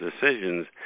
decisions